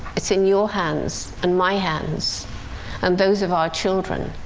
it's in your hands and my hands and those of our children.